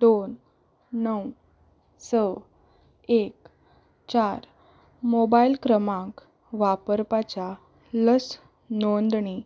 दोन णव स एक चार मोबायल क्रमांक वापरप्याच्या लस नोंदणी